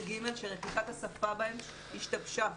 ו-ג' שרכישת השפה בהן השתבשה